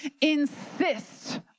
insist